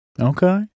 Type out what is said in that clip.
Okay